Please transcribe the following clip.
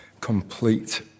complete